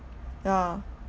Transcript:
yeah